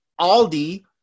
Aldi